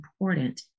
important